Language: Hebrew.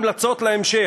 המלצות להמשך,